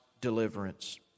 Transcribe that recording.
deliverance